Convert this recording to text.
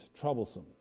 troublesome